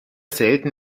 selten